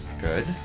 Good